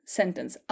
sentence